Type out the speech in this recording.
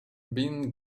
been